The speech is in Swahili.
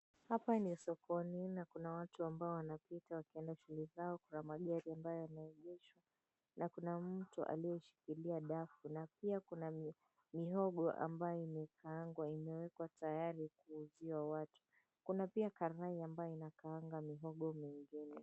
Hapa ni sokoni na kuna watu ambao wanapita wakienda shughuli zao kuna magari ambayo yameegeshwa na kuna mtu aliyeshikilia dafu na pia kuna mihogo ambayo imekaangwa imeekwa tayari kuuziwa watu kuna pia karai inakaanga mihogo mingine.